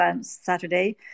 Saturday